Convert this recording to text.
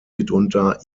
mitunter